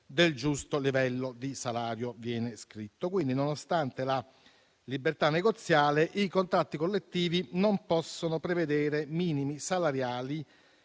del giusto livello di salario, come appunto viene scritto. Quindi, nonostante la libertà negoziale, i contratti collettivi non possono prevedere minimi salariali